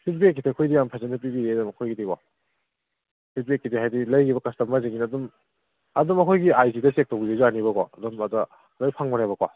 ꯐꯤꯠꯕꯦꯛꯀꯤꯗꯤ ꯑꯩꯈꯣꯏꯗꯤ ꯌꯥꯝ ꯐꯖꯅ ꯄꯤꯕꯤꯌꯦ ꯑꯗꯨꯝ ꯑꯩꯈꯣꯏꯒꯤꯗꯤꯀꯣ ꯐꯤꯠꯕꯦꯛꯀꯤꯗꯤ ꯍꯥꯏꯗꯤ ꯂꯩꯔꯤꯕ ꯀꯁꯇꯃꯔꯁꯤꯡꯁꯤꯅ ꯑꯗꯨꯝ ꯑꯗꯨꯝ ꯑꯩꯈꯣꯏꯒꯤ ꯑꯥꯏ ꯖꯤꯗ ꯆꯦꯛ ꯇꯧꯕꯤꯔꯁꯨ ꯌꯥꯅꯦꯕꯀꯣ ꯑꯗꯨꯝ ꯑꯗ ꯂꯣꯏ ꯐꯪꯕꯅꯦꯕꯀꯣ